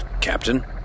Captain